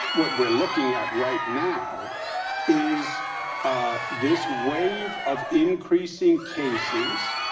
what we're looking at right now is ah this wave of increasing cases.